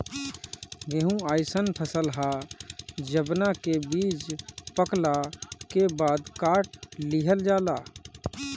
गेंहू अइसन फसल ह जवना के बीज पकला के बाद काट लिहल जाला